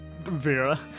Vera